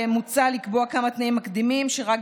מוצע לקבוע כמה תנאים מקדימים שרק